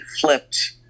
flipped